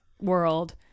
world